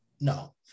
no